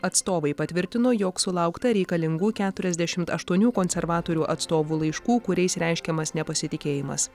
atstovai patvirtino jog sulaukta reikalingų keturiasdešimt aštuonių konservatorių atstovų laiškų kuriais reiškiamas nepasitikėjimas